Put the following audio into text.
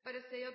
bare si at